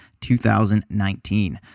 2019